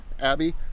abby